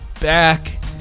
back